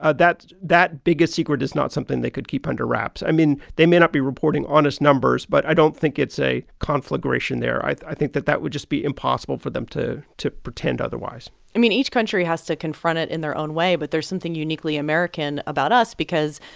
ah that that big a secret is not something they could keep under wraps. i mean, they may not be reporting honest numbers, but i don't think it's a conflagration there. i i think that that would just be impossible for them to to pretend otherwise i mean, each country has to confront it in their own way. but there's something uniquely american about us because,